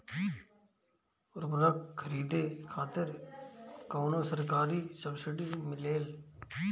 उर्वरक खरीदे खातिर कउनो सरकारी सब्सीडी मिलेल?